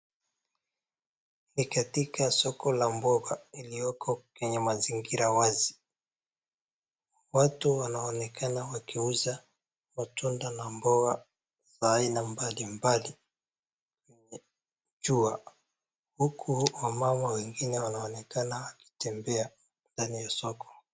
Ni katika soko la mboga iliyoko kwenye mazingira wazi, watu wanaonekana wakiuza matunda na mboga za aina mbalimbali, huku wamama wengine wanaonekana wakitembea ndani ya soko.